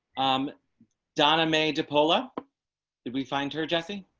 i'm donna may cupola did we find her jessie.